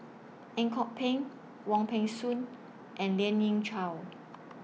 Ang Kok Peng Wong Peng Soon and Lien Ying Chow